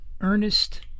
Ernest